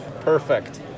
perfect